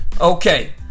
Okay